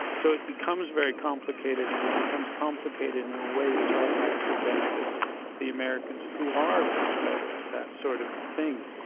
so it becomes very complicated and it becomes complicated in ah a way which automatically benefits the americans, who are much better at that sort of thing.